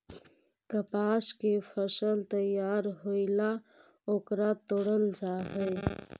कपास के फसल तैयार होएला ओकरा तोडल जा हई